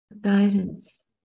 guidance